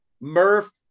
Murph